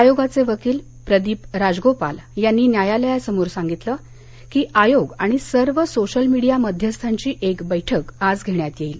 आयोगाचे वकील प्रदीप राजगोपाल यांनी न्यायालयासमोर सांगितलं की आयोग आणि सर्व सोशल मीडिया मध्यस्थांची एक बैठक आज घेण्यात येईल